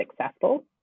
successful